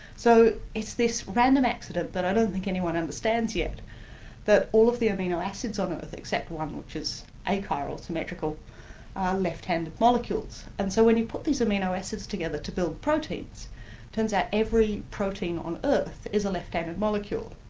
so it's this random accident that i don't think anyone understands yet that all of the amino acids on earth, except one which is achiral symmetrical, are left-handed molecules. and so when you put these amino acids together to build proteins, it turns out every protein on earth is a left-handed molecule,